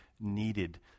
needed